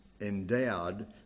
endowed